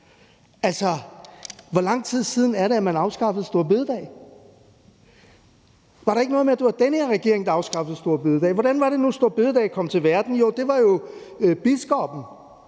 Altså, hvor lang tid siden er det, at man afskaffede store bededag? Var det ikke noget med, at det var den her regering, der afskaffede store bededag? Hvordan var det nu, at store bededag kom til verden? Jo, det var jo biskoppen